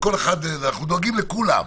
ואנחנו דואגים לכולם,